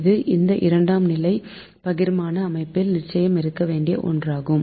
இது இந்த இரண்டாம் நிலை பகிர்மான அமைப்பில் நிச்சயம் இருக்க வேண்டிய ஒன்றாகும்